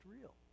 real